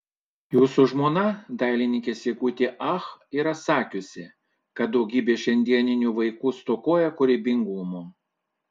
jūsų žmona dailininkė sigutė ach yra sakiusi kad daugybė šiandieninių vaikų stokoja kūrybingumo